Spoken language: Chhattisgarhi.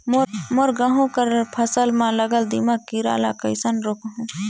मोर गहूं कर फसल म लगल दीमक कीरा ला कइसन रोकहू?